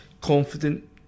confident